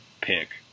pick